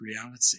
reality